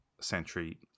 century